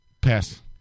Pass